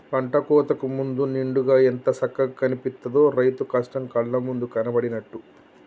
పంట కోతకు ముందు నిండుగా ఎంత సక్కగా కనిపిత్తదో, రైతు కష్టం కళ్ళ ముందు కనబడినట్టు